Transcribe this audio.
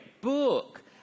book